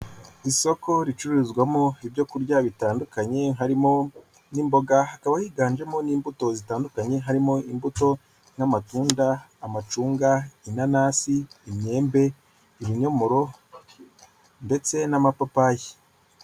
Isoko ricururizwamo ibyo kurya bitandukanye harimo n'imboga, hakaba higanjemo n'imbuto zitandukanye, harimo imbuto nk'amatunda, amacunga, inanasi, imyembe, ibinyomoro ndetse n'amapapayi.